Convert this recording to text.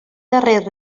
darrer